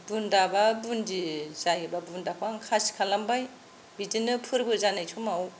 बुन्दा एबा बुन्दि जायोब्ला बुन्दाखौ आं खासि खालामबाय बिदिनो फोरबो जानाय समाव